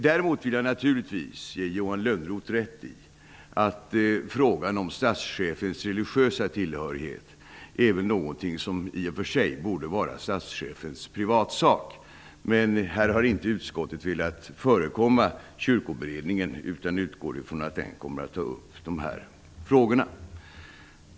Däremot vill jag naturligtvis ge Johan Lönnroth rätt i att frågan om statschefens religiösa tillhörighet är något som i och för sig borde vara statschefens privatsak. Men här har inte utskottet velat förekomma Kyrkoberedningen, utan utgår från att beredningen kommer att ta upp de frågorna.